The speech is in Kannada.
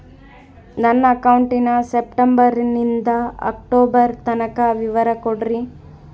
ನನ್ನ ಅಕೌಂಟಿನ ಸೆಪ್ಟೆಂಬರನಿಂದ ಅಕ್ಟೋಬರ್ ತನಕ ವಿವರ ಕೊಡ್ರಿ?